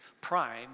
Pride